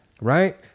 Right